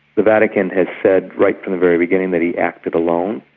the vatican has said right from the very beginning that he acted alone.